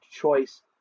choice